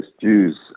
Jews